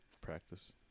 practice